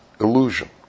illusion